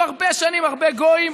כבר היו הרבה שנים הרבה גויים